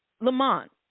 Lamont